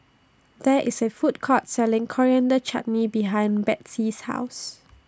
There IS A Food Court Selling Coriander Chutney behind Betsey's House